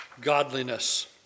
godliness